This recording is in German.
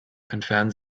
entfernen